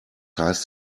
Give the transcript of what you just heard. heißt